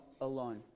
alone